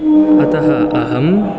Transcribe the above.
अतः अहं